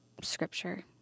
scripture